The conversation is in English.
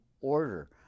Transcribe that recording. order